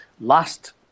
last